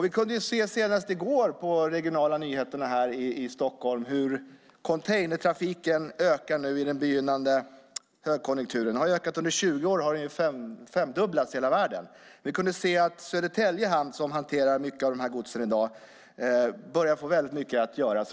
Vi kunde senast i går på de regionala nyheterna här i Stockholm se hur containertrafiken ökar i den begynnande högkonjunkturen. Den har ökat under 20 år och femdubblats i hela världen. Vi kunde se att Södertälje hamn, som i dag hanterar mycket av detta gods, börjar få väldigt mycket att göra.